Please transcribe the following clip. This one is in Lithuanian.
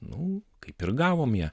nu kaip ir gavom ją